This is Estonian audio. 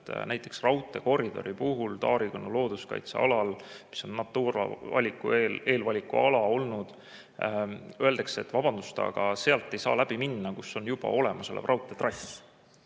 näiteks raudteekoridori puhul Taarikõnnu looduskaitse alal, mis on Natura eelvaliku ala olnud, öeldakse, et vabandust, aga sealt ei saa läbi minna, kus on juba olemasolev raudteetrass.